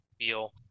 feel